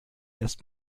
erst